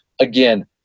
again